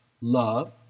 love